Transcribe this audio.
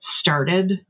started